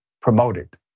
promoted